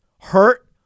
hurt